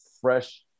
fresh